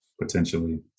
potentially